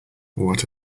what